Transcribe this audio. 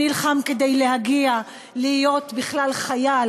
שנלחם כדי להגיע להיות בכלל חייל,